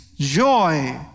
joy